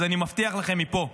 אז אני מבטיח לכם מפה,